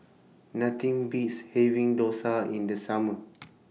Nothing Beats having Dosa in The Summer